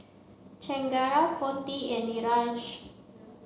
Chengara Potti and Niraj